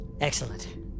Excellent